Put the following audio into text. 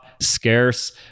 scarce